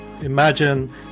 Imagine